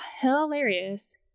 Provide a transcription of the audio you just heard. hilarious